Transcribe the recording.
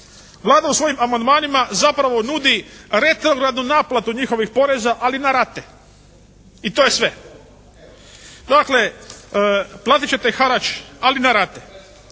Vlada u svojim amandmanima zapravo nudi retrogradnu naplatu njihovih poreza ali na rate. I to je sve. Dakle, platit ćete harač ali na rate.